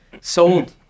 sold